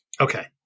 Okay